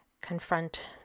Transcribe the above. confront